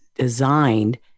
designed